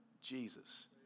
Jesus